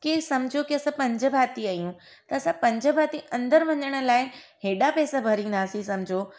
के सम्झो की असां पंज भाती आहियूं त असां पंज भाती अंदरु वञण लाइ हेॾा पैसा भरिंदासीं सम्झो